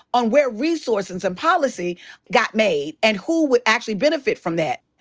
on where resource and some policy got made, and who would actually benefit from that.